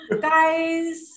guys